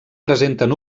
presenten